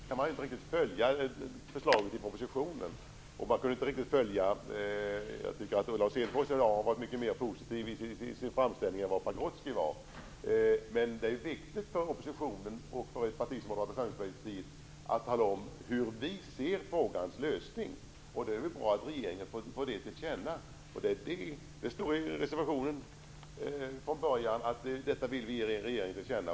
Herr talman! Jag tycker att Lars Hedfors i dag har varit mycket mer positiv i sin framställning än vad Pagrotsky var. Det är viktigt för oppositionen, och för ett parti som Moderata samlingspartiet, att tala om hur vi ser på frågans lösning. Det är väl bra att regeringen får det tillkännagivet för sig. Det står i början av reservationen att detta vill vi ge regeringen till känna.